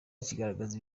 kigaragaza